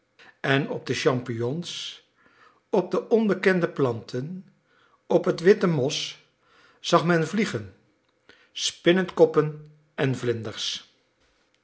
en op de champignons op de onbekende planten op het witte mos zag men vliegen spinnekoppen en vlinders